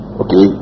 okay